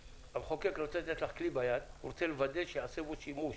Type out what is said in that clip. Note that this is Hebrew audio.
המחוקק נותן לך עכשיו כלי ביד ורוצה לוודא שייעשה בו שימוש.